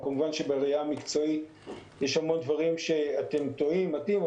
כמובן שבראייה המקצועית יש המון דברים שבהם אתם טועים ומטעים.